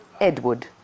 Edward